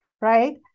right